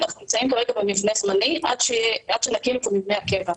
אנחנו נמצאים כרגע במבנה זמני עד שנקים את מבנה הקבע.